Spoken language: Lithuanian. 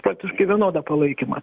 praktiškai vienodą palaikymą